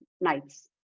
nights